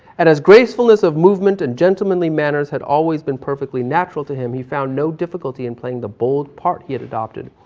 and as gracefulness of movement and gentlemanly manners had always been perfectly natural to him, he found no difficulty in playing the bold part he had adopted.